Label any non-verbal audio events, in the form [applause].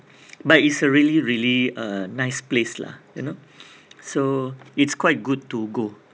but it's a really really a nice place lah you know [breath] so it's quite good to go